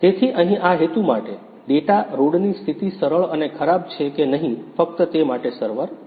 તેથી અહીં આ હેતુ માટે ડેટા રોડ ની સ્થિતિ સરળ અને ખરાબ છે કે નહીં ફક્ત તે માટે સર્વર છે